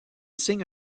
signe